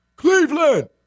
Cleveland